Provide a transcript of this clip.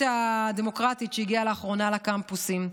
הדמוקרטית שהגיעה לאחרונה לקמפוסים.